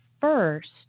first